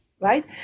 right